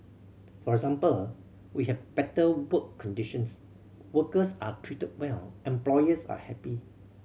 for example we have better work conditions workers are treated well employers are happy